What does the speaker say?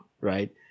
right